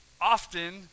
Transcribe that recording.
often